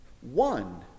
One